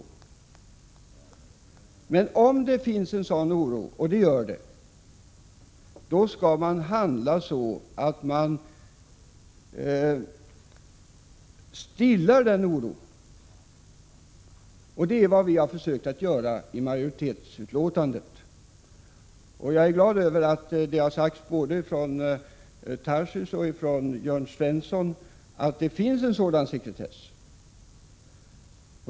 Vad jag menar är att om det finns en sådan oro — och det gör det — skall man handla så, att man stillar denna oro. Det är vad vi har försökt att göra i utskottsmajoritetens skrivning. Jag är glad över att både Daniel Tarschys och Jörn Svensson har sagt att det råder sekretess.